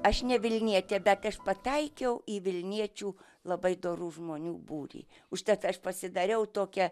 aš ne vilnietė bet aš pataikiau į vilniečių labai dorų žmonių būrį užtat aš pasidariau tokia